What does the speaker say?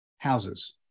Houses